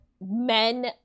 men